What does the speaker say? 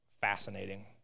fascinating